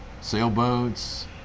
Sailboats